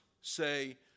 say